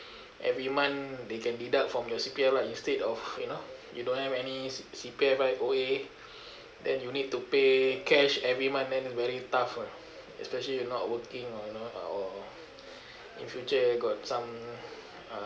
every month they can deduct from your C_P_F lah instead of you know you don't have any C C_P_F right O_A then you need to pay cash every month then very tough ah especially you're not working or you know uh or in future got some uh